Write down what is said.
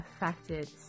affected